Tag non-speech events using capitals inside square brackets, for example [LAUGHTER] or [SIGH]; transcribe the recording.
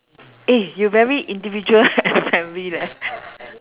eh you very individual [LAUGHS] and family leh [LAUGHS]